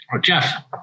Jeff